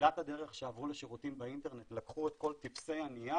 בתחילת הדרך כשעברו לשירותים באינטרנט לקחו את כל טופסי הנייר,